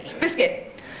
Biscuit